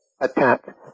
Attack